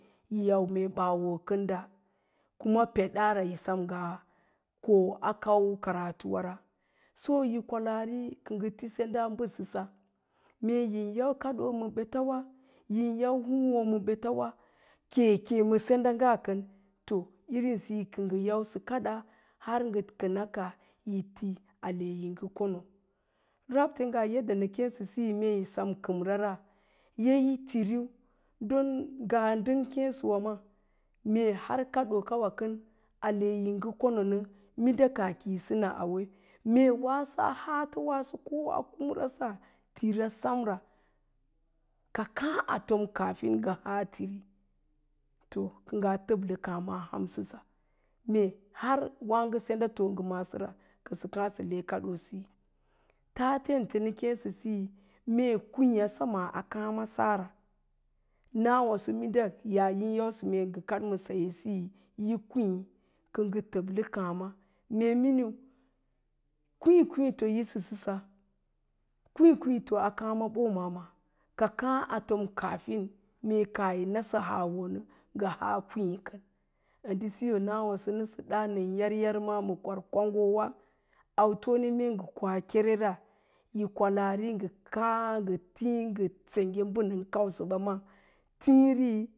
Yi yau mee ɓaa ookənda kuma yi peɗaara yi sem ngaa a kau karatuwara. Soyi kwalaari kə ngə ti senɗa a bəsəsa, mee yin yau kaɗoo ma ɓetawa yin yau húúwo ma ɓetawa keke ma senda'nga kən, to irin sisi kə ngə yausə kaɗa ngə kəna kaah ale yi ngə kono rabte, ngaa yadd anə kéésasiyi ye yi tirin, ngaa ndən kéésəwa maa mee har kaɗookawa kən aleyi ngə kononə minda kaah ti yisa na auwe, mee waaso a haatosa ko a kumrasa tira semra, ka káá a tom kaafin ka aa ti, kə ngaa təblə kááma a hausəsa, mee har wáágo senda too'ngə maasora kə nsə le kaɗoosiyo. Yatente nə kéésəsiyi mee kwííyá sem a káámasara nawaso mee yaa yin yausə mee yi kə kaɗ ma saye siyi yi kwii, kə ngə təblə kááma, mee miniu kwíí kwííto yisə jəsa, kwíí kwíí to a káá ma ɓoma wá ka káá a tom kaafin kaah yi nasə auwe kə ngə haa kwíí, a ndə siyo nəsə dáán nən yar yarmawa ma kwaro wa, autone mee ngə koa kerera yi kwalaari ngə tíí ngə sengge mbə nə kausə ɓa maa, tíí ngə senge mə nə kausə ɓa maa tiiri,